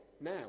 now